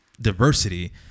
diversity